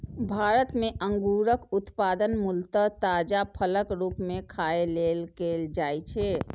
भारत मे अंगूरक उत्पादन मूलतः ताजा फलक रूप मे खाय लेल कैल जाइ छै